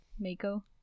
Mako